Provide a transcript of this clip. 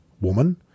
woman